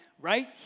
right